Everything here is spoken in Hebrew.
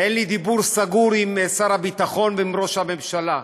ואין לי דיבור סגור עם שר הביטחון ועם ראש הממשלה,